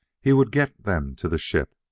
he would get them to the ship.